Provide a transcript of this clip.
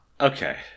Okay